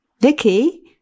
Vicky